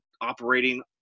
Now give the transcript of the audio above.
operating